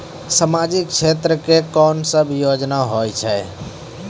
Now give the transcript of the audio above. समाजिक क्षेत्र के कोन सब योजना होय छै?